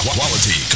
Quality